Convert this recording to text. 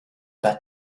pas